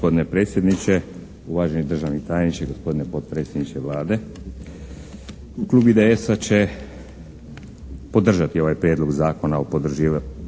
Hvala vam